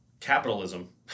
capitalism